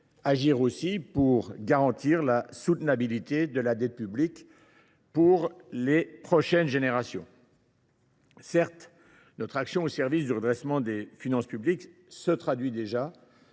agir aussi pour garantir la soutenabilité de la dette publique pour les prochaines générations. Certes, notre action au service du redressement des finances publiques se traduit déjà,